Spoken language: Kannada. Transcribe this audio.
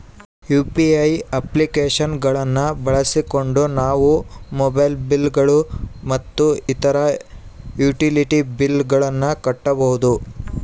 ಯು.ಪಿ.ಐ ಅಪ್ಲಿಕೇಶನ್ ಗಳನ್ನ ಬಳಸಿಕೊಂಡು ನಾವು ಮೊಬೈಲ್ ಬಿಲ್ ಗಳು ಮತ್ತು ಇತರ ಯುಟಿಲಿಟಿ ಬಿಲ್ ಗಳನ್ನ ಕಟ್ಟಬಹುದು